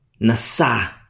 Nasa